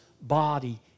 body